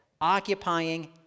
occupying